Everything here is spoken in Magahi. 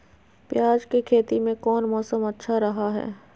प्याज के खेती में कौन मौसम अच्छा रहा हय?